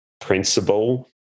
principle